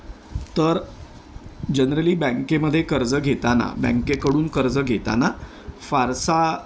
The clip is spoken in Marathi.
तर जनरली बँकेमध्ये कर्ज घेताना बँकेकडून कर्ज घेताना फारसा